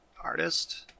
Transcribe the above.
artist